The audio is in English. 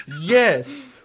yes